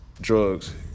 drugs